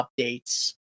updates